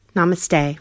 Namaste